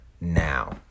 now